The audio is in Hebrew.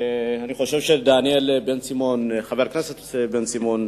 ואני חושב שדניאל בן-סימון, חבר הכנסת בן-סימון,